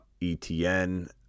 Etn